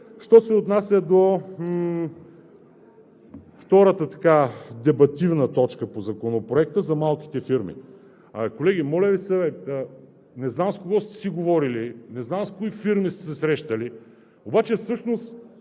Що се отнася до втората дебативна точка по Законопроекта – за малките фирми. Колеги, моля Ви се, не знам с кого сте си говорили, не знам с кои фирми сте се срещали, обаче всъщност